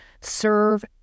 serve